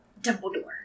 Dumbledore